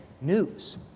news